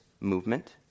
movement